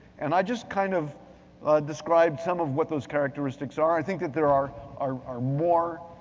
and i just kind of described some of what those characteristics are. i think that there are are are more,